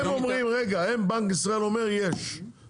בנק ישראל אומרים שיש,